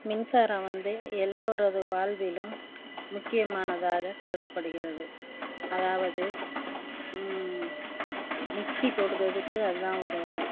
மின்சாரம் வந்து எல்லோரது வாழ்விலும் முக்கியமானதாக கருதப்படுகிறது அதாவது மிக்சி போடுறதுக்கு அதுதான் உதவுது